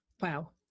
wow